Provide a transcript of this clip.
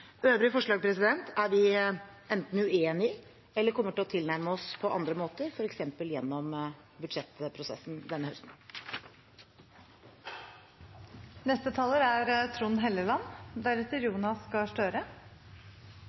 Øvrige forslag er vi enten uenig i eller kommer til å tilnærme oss på andre måter, f.eks. gjennom budsjettprosessen denne høsten. Det er